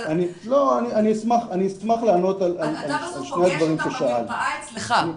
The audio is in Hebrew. אבל אתה בסוף פוגש אותם במרפאה אצלך.